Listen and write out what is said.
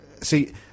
See